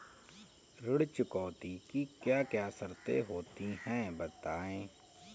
ऋण चुकौती की क्या क्या शर्तें होती हैं बताएँ?